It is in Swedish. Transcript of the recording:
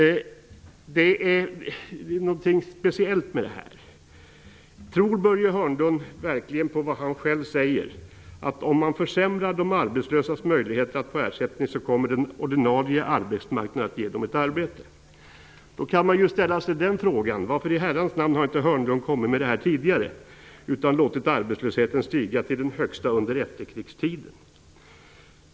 Det är något speciellt med det här. Tror Börje Hörnlund verkligen på vad han själv säger, att om man försämrar de arbetslösas möjligheter att få ersättning, så kommer den ordinarie arbetsmarknaden att ge dem ett arbete? Då kan man fråga sig: Varför i Herrans namn har inte Hörnlund kommit med det här förslaget tidigare, utan låtit arbetslösheten stiga till den högsta under efterkrigstiden?